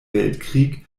weltkrieg